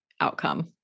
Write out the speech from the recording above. outcome